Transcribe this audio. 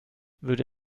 würde